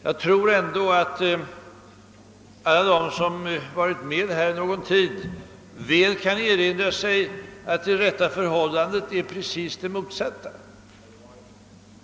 Jag tror att alla som varit med här i riksdagen någon tid erinrar sig att rätta förhållandet är precis det motsatta.